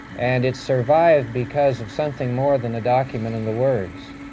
and it survived because of something more than a document and the words.